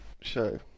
show